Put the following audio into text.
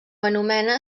anomena